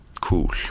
cool